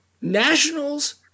Nationals